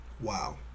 Wow